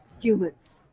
humans